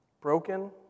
broken